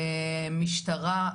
משטרה.